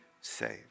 saved